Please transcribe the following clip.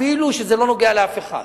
אפילו שזה לא נוגע לאף אחד,